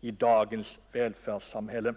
i dagens välfärdssamhälle.